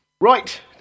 Right